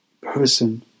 person